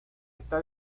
está